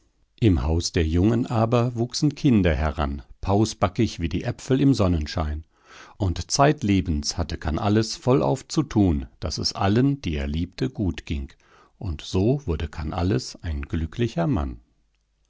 im haus der jungen aber wuchsen kinder heran pausbackig wie die äpfel im sonnenschein und zeitlebens hatte kannalles vollauf zu tun daß es allen die er liebte gut ging und so wurde kannalles ein glücklicher mann